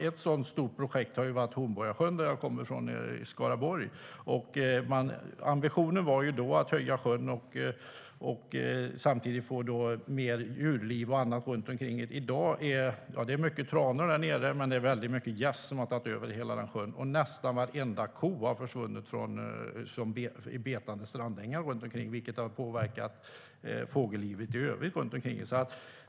Ett sådant stort projekt har varit Hornborgasjön i Skaraborg, där jag kommer från. Ambitionen var då att höja sjön och att samtidigt få mer djurliv runt omkring. I dag är det många tranor därnere, men det är väldigt många gäss som har tagit över hela sjön. Och nästan varenda ko har försvunnit från betade strandängar, vilket har påverkat fågellivet i övrigt runt omkring.